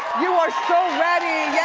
you are so ready.